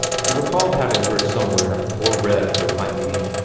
he recalled having heard somewhere, or read, it might be,